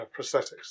prosthetics